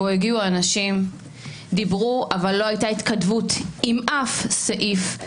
אליו הגיעו אנשים שדיברו אבל לא הייתה התכתבות עם אף סעיף,